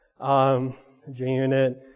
JUnit